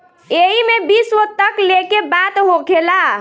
एईमे विश्व तक लेके बात होखेला